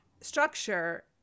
structure